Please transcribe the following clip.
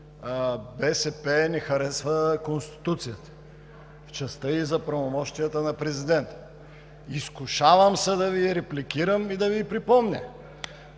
БСП не харесва Конституцията в частта ѝ за правомощията на президента. Изкушавам се да Ви репликирам и да Ви припомня,